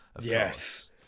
Yes